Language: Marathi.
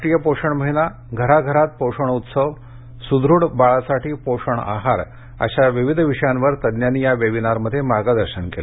राष्ट्रीय पोषण महिना घराघरात पोषण उत्सव सुदूढ बाळासाठी पोषण आहार अशा विविध विषयावर तज्ञांनी या वेबिनारमध्ये मार्गदर्शन केलं